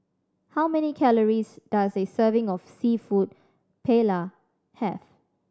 how many calories does a serving of Seafood Paella have